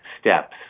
steps